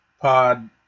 pod